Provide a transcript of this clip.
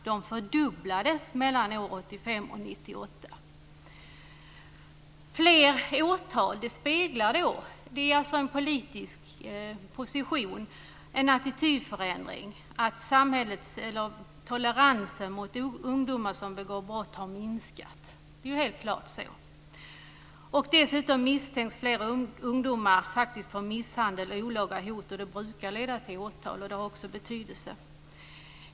De fördubblades mellan år 1985 och 1998. Fler åtal speglar en attitydförändring - det är en politisk position - att toleransen mot ungdomar som begår brott har minskat. Det är helt klart på det sättet. Dessutom misstänks flera ungdomar faktiskt för misshandel och olaga hot. Och det brukar leda till åtal. Och det har också betydelse.